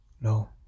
no